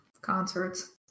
concerts